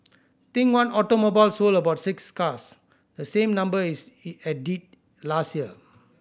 think One Automobile sold about six cars the same number as it did last year